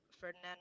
Ferdinand